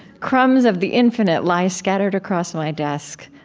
crumbs of the infinite lie scattered across my desk.